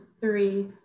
three